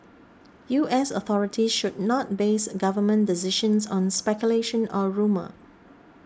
U S authorities should not base government decisions on speculation or rumour